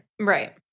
Right